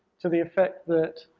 to the effect that,